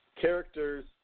characters